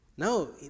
No